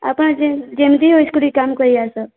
ଆପଣ ଯେମତି ଯେମତି ହଉ ଇସ୍କୁଲ୍ କାମ କରିଆସ